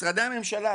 משרדי הממשלה,